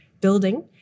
building